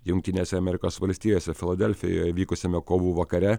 jungtinėse amerikos valstijose filadelfijoje įvykusiame kovų vakare